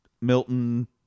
Milton